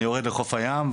אני יורד לחוף הים,